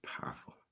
Powerful